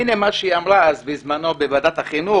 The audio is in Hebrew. הינה מה שהיא אמרה אז בזמנו בוועדת החינוך.